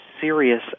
serious